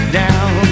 down